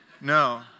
No